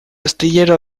astillero